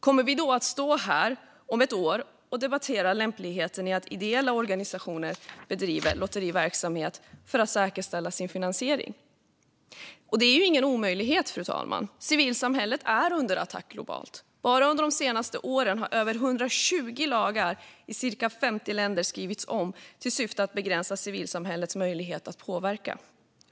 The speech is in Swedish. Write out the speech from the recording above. Kommer vi då att stå här om ett år och debattera lämpligheten i att ideella organisationer bedriver lotteriverksamhet för att säkerställa sin finansiering? Det är ingen omöjlighet, fru talman. Civilsamhället är under attack globalt. Bara under de senaste åren har över 120 lagar i cirka 50 länder skrivits om i syfte att begränsa civilsamhällets möjlighet att påverka.